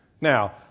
Now